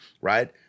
right